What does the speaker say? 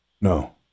No